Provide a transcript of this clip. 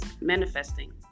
manifesting